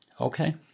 Okay